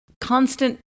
constant